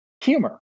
humor